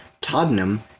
Tottenham